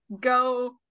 go